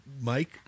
Mike